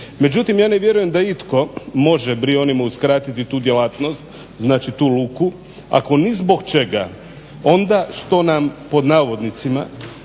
Međutim, ja ne vjerujem da itko može Brijunima uskratiti tu djelatnost, znači tu luku ako ni zbog čega onda što nam pod navodnicima